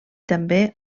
també